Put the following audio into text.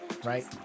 Right